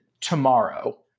tomorrow